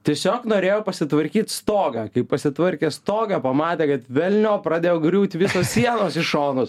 tiesiog norėjo pasitvarkyt stogą kai pasitvarkė stogą pamatė kad velniop pradėjo griūt visos sienos į šonus